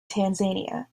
tanzania